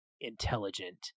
intelligent